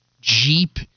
Jeep